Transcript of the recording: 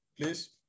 please